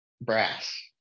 brass